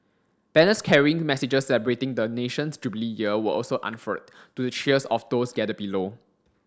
banners carrying messages celebrating the nation's Jubilee Year were also unfurled to the cheers of those gathered below